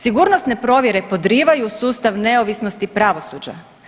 Sigurnosne provjere podrivaju sustav neovisnosti pravosuđa.